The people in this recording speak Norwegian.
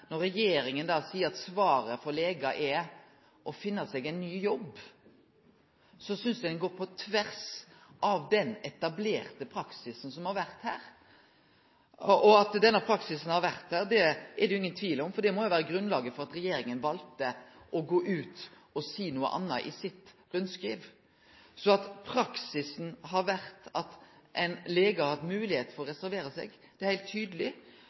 å finne seg ein ny jobb, synest eg ein går på tvers av den etablerte praksisen som har vore her. At denne praksisen har vore her, er det ingen tvil om, for det må jo vere grunnlaget for at regjeringa valde å gå ut og seie noko anna i rundskrivet sitt. Så at praksisen har vore at ein lenge har hatt moglegheit for å reservere seg, er heilt tydeleg.